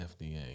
FDA